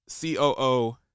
COO